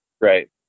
Right